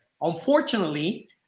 Unfortunately